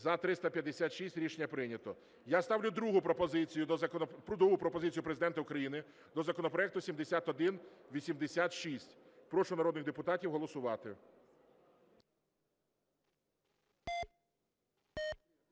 За-356 Рішення прийнято. Я ставлю другу пропозицію Президента України до законопроекту 7186. Прошу народних депутатів голосувати.